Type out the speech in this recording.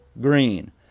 Green